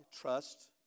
trust